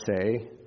say